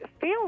feel